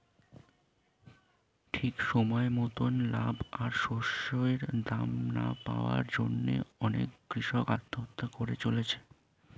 ঠিক সময় মতন লাভ আর শস্যের দাম না পাওয়ার জন্যে অনেক কূষক আত্মহত্যা করে চলেছে